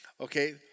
Okay